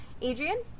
Adrian